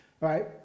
Right